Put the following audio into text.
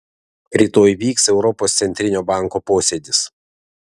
rytoj vyks europos centrinio banko posėdis